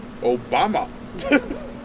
Obama